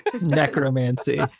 necromancy